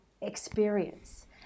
experience